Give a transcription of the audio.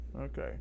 Okay